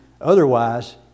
otherwise